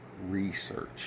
research